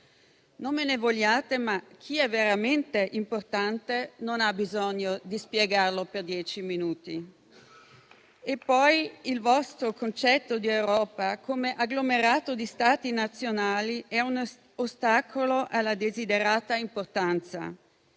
Non me ne vogliate, ma chi è veramente importante non ha bisogno di spiegarlo per dieci minuti. Il vostro concetto di Europa come agglomerato di Stati nazionali è un ostacolo alla desiderata importanza.